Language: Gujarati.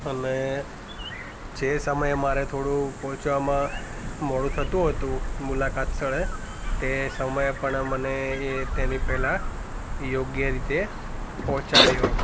અને જે સમયે મારે થોડું પહોંચવામાં મોડું થતું હતું મુલાકાત સ્થળે તે સમયે પણ મને એ તેની પહેલાં યોગ્ય રીતે પહોંચાડ્યો